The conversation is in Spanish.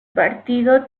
partido